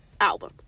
album